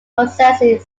processing